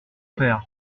père